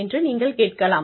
என்று நீங்கள் கேட்கலாம்